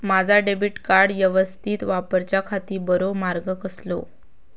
माजा debit card यवस्तीत वापराच्याखाती बरो मार्ग कसलो?